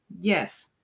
Yes